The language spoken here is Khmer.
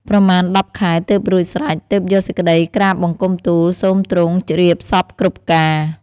ប្រមាណ ១០ ខែ ទើបរួចស្រេច ហើយយកសេចក្ដីក្រាបបង្គំទូលសូមទ្រង់ជ្រាបសព្វគ្រប់ការ ។